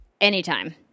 anytime